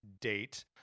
date